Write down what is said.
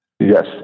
Yes